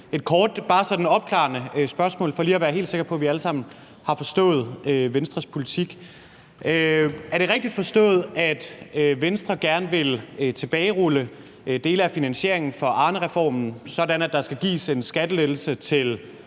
et kort, bare sådan opklarende spørgsmål for lige være helt sikker på, at vi alle sammen har forstået Venstres politik. Er det rigtigt forstået, at Venstre gerne vil tilbagerulle dele af finansieringen til Arnereformen, sådan at der skal gives en skattelettelse til